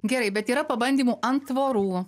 gerai bet yra pabandymų ant tvorų